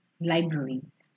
libraries